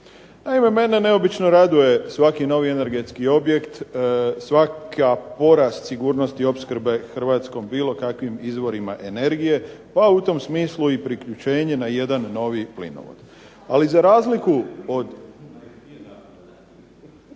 Naime, mene neobično raduje svaki novi energetski objekt svaki porast sigurnosti opskrbe Hrvatske bilo kakvim izvorima energije, pa u tom smislu i priključenje na jedan novi plinovod. Ali za razliku od